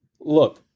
look